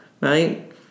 right